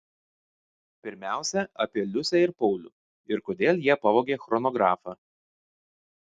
pirmiausia apie liusę ir paulių ir kodėl jie pavogė chronografą